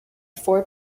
four